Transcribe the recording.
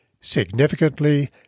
Significantly